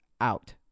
out